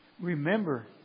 Remember